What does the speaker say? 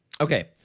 Okay